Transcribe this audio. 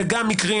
וגם מקרים,